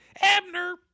Abner